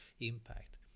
impact